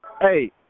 Hey